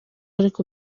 ariko